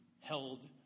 held